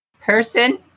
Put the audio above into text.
person